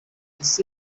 ese